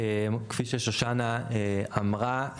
כפי ששושנה אמרה,